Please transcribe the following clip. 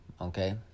Okay